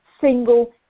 single